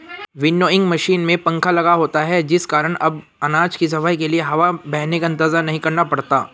winnowing machine में पंखा लगा होता है जिस कारण अब अनाज की सफाई के लिए हवा बहने का इंतजार नहीं करना पड़ता है